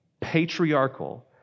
patriarchal